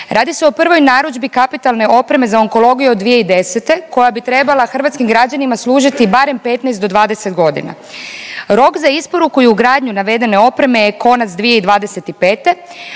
Radi se o prvoj narudžbi kapitalne opreme za onkologiju od 2010. koja bi trebala hrvatskim građanima služiti barem 15 do 20 godina. Rok za isporuku i ugradnju navedene opreme je konac 2025.,